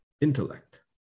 intellect